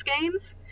games